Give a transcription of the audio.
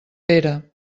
pere